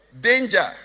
danger